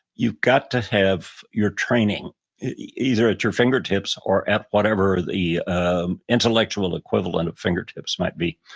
you got to have your training either at your fingertips or at whatever the intellectual equivalent of fingertips might be.